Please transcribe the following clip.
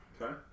Okay